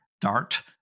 dart